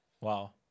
Wow